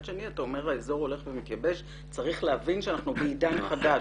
שני אתה אומר שהאזור הולך ומתייבש וכי צריך להבין שאנחנו בעידן חדש.